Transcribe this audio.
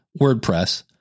WordPress